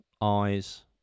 eyes